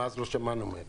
מאז לא שמענו מהם.